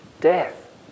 death